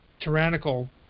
tyrannical